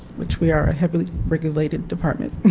which we are a heavily regulated department. and